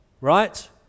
right